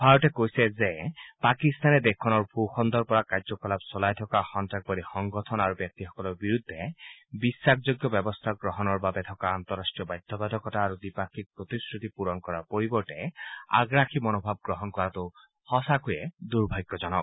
ভাৰতে কৈছে যে পাকিস্তানে দেশখনৰ ভূ খণ্ডৰ পৰা কাৰ্যকলাপ চলাই থকা সন্তাসবাদী সংগঠন আৰু ব্যক্তিসকলৰ বিৰুদ্ধে বিশ্বাসযোগ্য ব্যৱস্থা গ্ৰহণৰ আন্তঃৰাষ্ট্ৰীয় বাধ্য বাধকতা আৰু দ্বিপাক্ষিক প্ৰতিশ্ৰুতিবদ্ধতা পূৰণ কৰাৰ পৰিৱৰ্তে আগ্ৰাসী মনোভাৱ গ্ৰহণ কৰাটো স্চাঁকৈয়ে দুৰ্ভাগ্যজনক